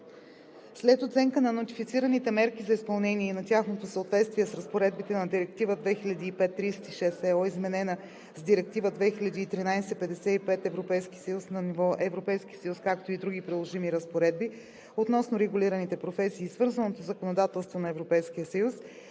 След оценка на нотифицираните мерки за изпълнение и на тяхното съответствие с разпоредбите на Директива 2005/36/ЕО, изменена с Директива 2013/55/ЕС на ниво Европейски съюз, както и други приложими разпоредби относно регулираните професии и свързаното законодателство на Европейския съюз,